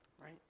Right